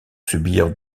subir